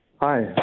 Hi